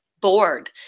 bored